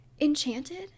Enchanted